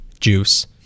juice